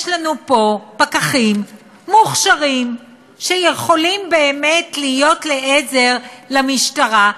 יש לנו פה פקחים מוכשרים שיכולים באמת להיות לעזר למשטרה.